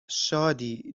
شادی